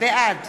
בעד